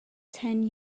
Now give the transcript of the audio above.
ten